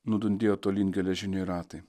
nudundėjo tolyn geležiniai ratai